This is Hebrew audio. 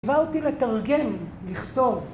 קיבלו אותי לתרגם, לכתוב